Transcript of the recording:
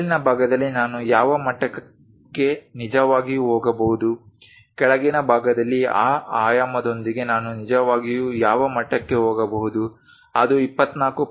ಮೇಲಿನ ಭಾಗದಲ್ಲಿ ನಾನು ಯಾವ ಮಟ್ಟಕ್ಕೆ ನಿಜವಾಗಿಯೂ ಹೋಗಬಹುದು ಕೆಳಗಿನ ಭಾಗದಲ್ಲಿ ಆ ಆಯಾಮದೊಂದಿಗೆ ನಾನು ನಿಜವಾಗಿಯೂ ಯಾವ ಮಟ್ಟಕ್ಕೆ ಹೋಗಬಹುದು ಅದು 24